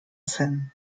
zen